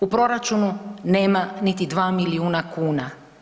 U proračunu nema niti 2 milijuna kuna.